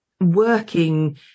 working